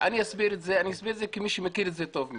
אני אסביר את זה כמי שמכיר את זה היטב.